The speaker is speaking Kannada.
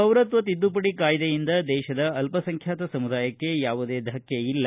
ಪೌರತ್ವ ತಿದ್ದುಪಡಿ ಕಾಯ್ದೆಯಿಂದ ದೇಶದ ಅಲ್ಲಸಂಖ್ಯಾತ ಸಮುದಾಯಕ್ಕೆ ಯಾವುದೇ ಧಕ್ಕೆ ಇಲ್ಲ